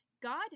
God